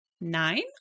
nine